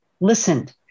listened